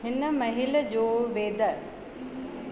हिन महिल जो वेदर